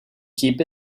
keep